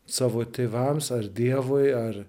savo tėvams ar dievui ar